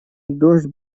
дождь